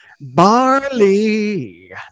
barley